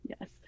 Yes